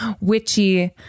witchy